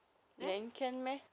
then